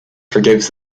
forgives